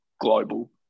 global